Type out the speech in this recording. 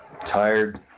Tired